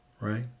Right